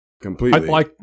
Completely